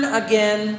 again